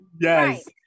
Yes